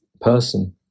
person